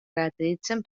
caracteritzen